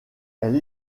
elle